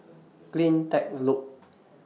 CleanTech Loop